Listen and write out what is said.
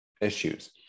issues